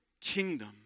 kingdom